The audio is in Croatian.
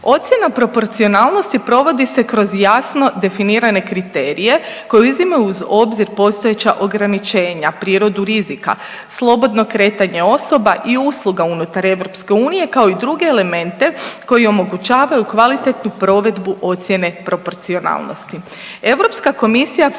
Ocjena proporcionalnosti provodi se kroz jasno definirane kriterije koji uzimaju u obzir postojeća ograničenja, prirodu rizika, slobodno kretanje osoba i usluga unutar EU kao i druge elemente koji omogućavaju kvalitetnu provedbu ocjene proporcionalnosti.